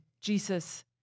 Jesus